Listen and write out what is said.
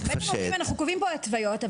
אנחנו קובעים פה התוויות,